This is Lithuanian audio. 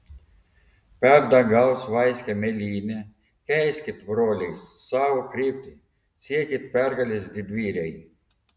per dangaus vaiskią mėlynę keiskit broliai savo kryptį siekit pergalės didvyriai